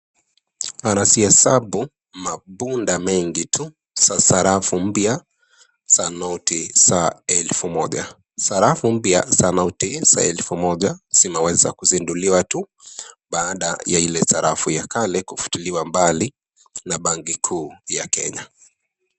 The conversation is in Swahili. Wanazihesabu mabunda mengi tu za sarafu mpya za noti za Elfu Moja. Sarafu mpya za noti za Elfu Moja zimaweza kuzinduliwa tu, baada ya ile sarafu ya kale kufutiliwa mbali na benki kuu ya Kenya.